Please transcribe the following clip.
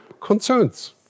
concerns